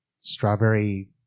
strawberry